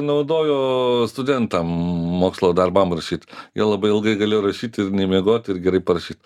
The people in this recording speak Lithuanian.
naudojo studentam mokslo darbam rašyt ir labai ilgai gali rašyt ir nemiegot ir gerai parašyt